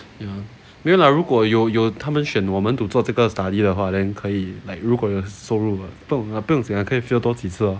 ya 没有 lah 如果有有他们选我们 to 做这个 study 的话 then 可以 like 如果有收入不用不用紧 lah 可以 fail 多几次 lor